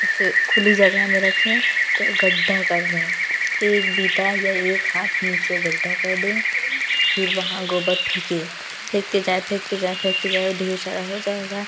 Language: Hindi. उसे खुली जगह में रखें तो गड्ढा कर दें एक बीता या एक हाथ नीचे गड्ढा कर दें फिर वहाँ गोबर फेंके फेंकते जाऍं फेंकते जाऍं फेंकते जाऍं और ढेर सारा हो जाएगा